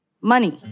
money